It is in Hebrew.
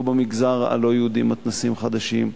יהיו במגזר הלא-יהודי מתנ"סים חדשים,